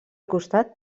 costat